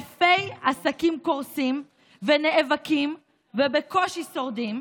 אלפי עסקים קורסים ונאבקים ובקושי שורדים.